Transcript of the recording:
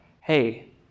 hey